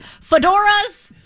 Fedora's